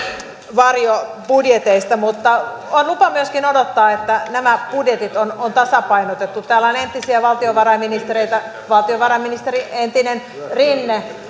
varjobudjeteista mutta on lupa myöskin odottaa että nämä budjetit ovat tasapainotetut täällä on entisiä valtiovarainministereitä entinen valtiovarainministeri rinne